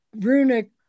runic